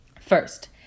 First